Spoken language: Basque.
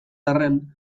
arren